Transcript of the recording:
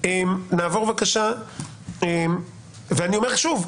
שוב,